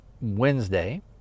Wednesday